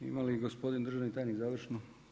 Ima li gospodin državni tajnik završnu?